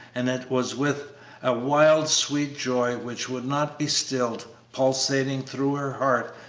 and it was with a wild, sweet joy, which would not be stilled, pulsating through her heart,